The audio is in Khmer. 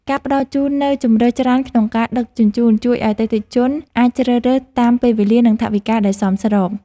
ការផ្តល់ជូននូវជម្រើសច្រើនក្នុងការដឹកជញ្ជូនជួយឱ្យអតិថិជនអាចជ្រើសរើសតាមពេលវេលា និងថវិកាដែលសមស្រប។